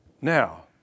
Now